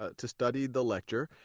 ah to study the lecture,